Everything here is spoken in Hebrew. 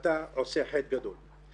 אתה עושה חטא גדול.